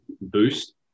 boost